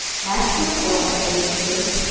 mansfield's whale being sick,